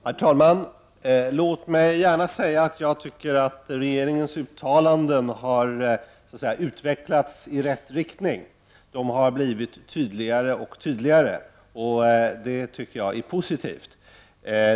Herr talman! Låt mig säga att jag tycker att regeringens uttalanden har utvecklats i rätt riktning. De har blivit tydligare och tydligare. Det tycker jag är positivt.